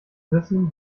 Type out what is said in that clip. wissen